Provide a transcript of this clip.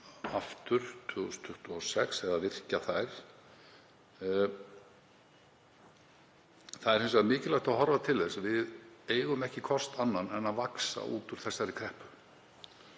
aftur fjármálareglur 2026. Það er hins vegar mikilvægt að horfa til þess að við eigum ekki kost annan en að vaxa út úr þessari kreppu.